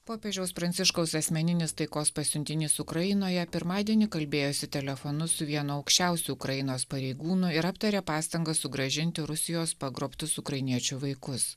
popiežiaus pranciškaus asmeninis taikos pasiuntinys ukrainoje pirmadienį kalbėjosi telefonu su vienu aukščiausių ukrainos pareigūnų ir aptarė pastangas sugrąžinti rusijos pagrobtus ukrainiečių vaikus